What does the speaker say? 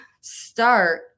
start